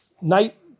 night